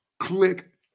Click